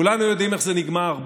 כולנו יודעים איך זה נגמר.